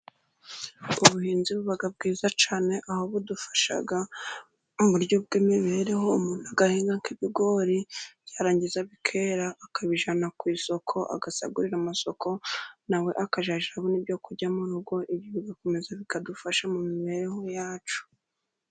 Ubuhinzi buba bwiza cyane aho budufasha mu buryo bw'imibereho, aho umuntu agahinga nk'ibigori byarangiza bikera, akabijyana ku isoko agasagurira amasoko nawe akazajya arabona ibyo kurya mu rugo, ibyo bigakomeza bikadufasha mu mibereho yacu.